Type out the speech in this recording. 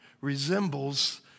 resembles